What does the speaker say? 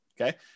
okay